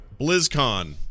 BlizzCon